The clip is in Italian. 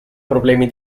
problemi